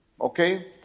Okay